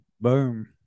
Boom